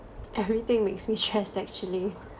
everything makes me stressed actually